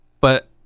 But-